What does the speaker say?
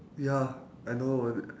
ya I know right